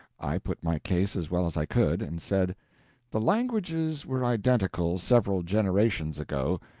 i put my case as well as i could, and said the languages were identical several generations ago,